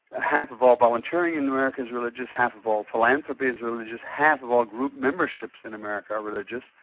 ah half of all volunteering in america is religious, half of all philanthropy is religious, half of all group memberships in america are religious,